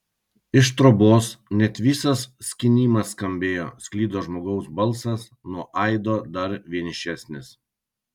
iš trobos net visas skynimas skambėjo sklido žmogaus balsas nuo aido dar vienišesnis